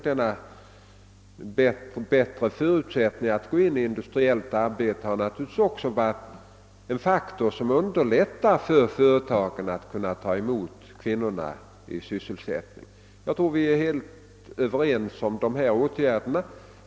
Detta har medfört bättre förutsättningar för dem att kunna gå in i industriellt arbete, och naturligtvis har det också varit en faktor som underlättat för företagarna att kunna ta emot kvinnor. Jag tror att vi är helt överens om dessa åtgärder.